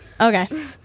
okay